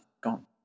gone